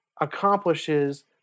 accomplishes